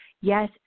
Yes